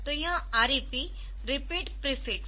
तो यह REP repeat prefix